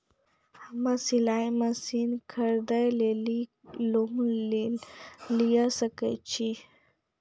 हम्मे सिलाई मसीन खरीदे लेली लोन लिये सकय छियै?